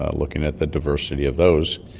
ah looking at the diversity of those.